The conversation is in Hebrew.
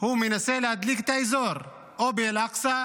הוא מנסה להדליק את האזור, או באל-אקצא,